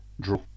draw